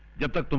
get but the